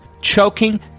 Choking